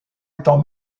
étant